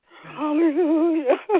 Hallelujah